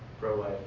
pro-life